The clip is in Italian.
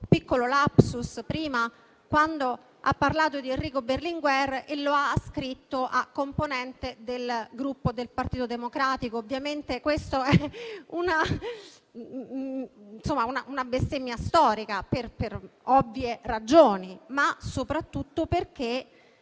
piccolo *lapsus* prima, quando ha parlato di Enrico Berlinguer come componente del Gruppo del Partito Democratico. Questa è una bestemmia storica per ovvie ragioni, ma soprattutto perché